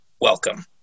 Welcome